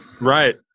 right